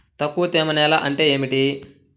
తక్కువ తేమ నేల అంటే ఏమిటి?